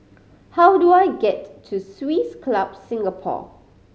how do I get to Swiss Club Singapore